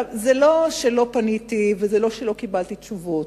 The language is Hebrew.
זה לא שלא פניתי וזה לא שלא קיבלתי תשובות.